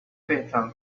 fatal